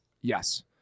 Yes